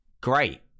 great